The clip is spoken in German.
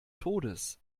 todes